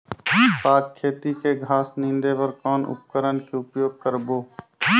साग खेती के घास निंदे बर कौन उपकरण के उपयोग करबो?